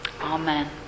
Amen